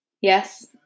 Yes